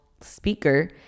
speaker